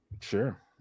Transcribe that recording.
Sure